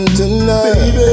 tonight